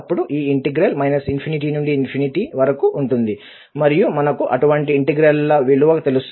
అప్పుడు ఈ ఇంటిగ్రల్ ∞ నుండి వరకు ఉంటుంది మరియు మనకు అటువంటి ఇంటిగ్రల్ ల విలువ తెలుసు